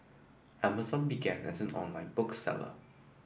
Amazon began as an online book seller